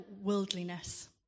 worldliness